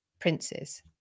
princes